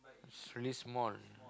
it's really small